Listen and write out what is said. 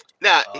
Now